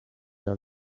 are